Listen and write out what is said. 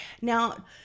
Now